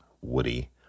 Woody